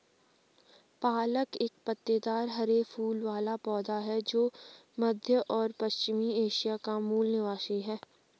पालक एक पत्तेदार हरे फूल वाला पौधा है जो मध्य और पश्चिमी एशिया का मूल निवासी है